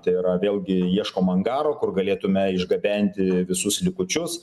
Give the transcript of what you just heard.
tai yra vėlgi ieškom angaro kur galėtumėme išgabenti visus likučius